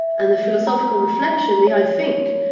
and the philosophical reflection, the i think',